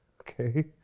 Okay